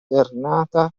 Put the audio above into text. alternata